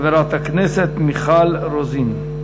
חברת הכנסת מיכל רוזין.